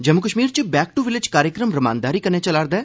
जम्मू कश्मीर च back to village कार्यक्रम रमानदारी कन्नै चला रदा ऐ